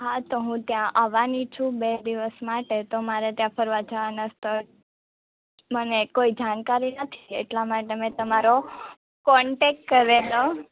હાં તો હું ત્યાં આવવાની છું બે દિવસ માટે તો મારે ત્યાં ફરવા જવાનાં સ્થળ મને કોઈ જાણકારી નથી એટલા માટે મેં તમારો કોન્ટેક કરેલો